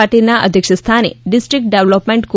પાટીલના અધ્યક્ષસ્થાને district development કો